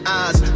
eyes